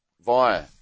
via